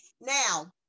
Now